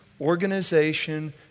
organization